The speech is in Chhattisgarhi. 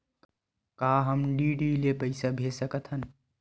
का हम डी.डी ले पईसा भेज सकत हन?